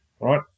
right